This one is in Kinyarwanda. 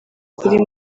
kuri